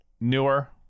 newer